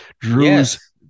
Drew's